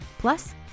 Plus